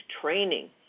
training